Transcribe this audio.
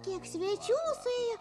kiek svečių suėjo